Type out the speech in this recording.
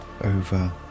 over